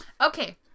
Okay